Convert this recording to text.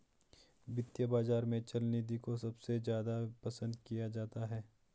वित्तीय बाजार में चल निधि को सबसे ज्यादा पसन्द किया जाता है